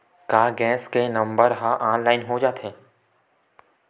का गैस के नंबर ह ऑनलाइन हो जाथे?